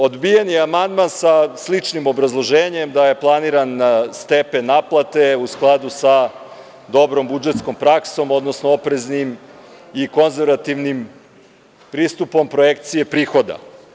Odbijen je amandman sa sličnim obrazloženjem da je planiran stepen naplate u skladu sa dobrom budžetskom praksom, odnosno opreznim i konzervativnim pristupom projekcije prihoda.